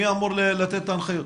מי אמור לתת הנחיות?